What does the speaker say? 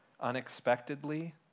unexpectedly